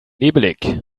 nebelig